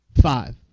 five